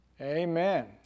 Amen